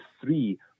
three